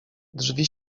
drzwi